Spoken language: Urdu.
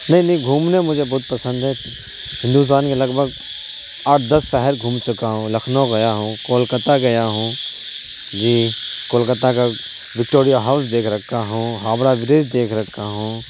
نہیں نہیں گھومنے مجھے بہت پسند ہے ہندوستان کے لگ بھگ آٹھ دس شہر گھوم چکا ہوں لکھنئو گیا ہوں کولکتہ گیا ہوں جی کولکتہ کا وکٹوریا ہاؤس دیکھ رکھا ہوں ہاوڑہ برج دیکھ رکھا ہوں